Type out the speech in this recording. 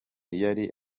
yari